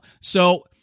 So-